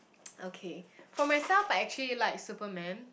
okay for myself I actually like superman